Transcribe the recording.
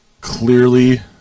clearly